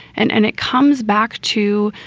and and it comes back to,